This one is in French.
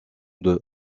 deux